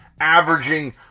averaging